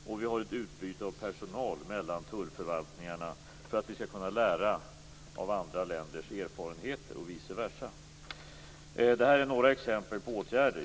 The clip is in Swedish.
Det sker ett utbyte av personal mellan tullförvaltningarna för att kunna lära av andra länders erfarenheter och vice versa. Detta var några exempel på åtgärder.